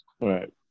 Right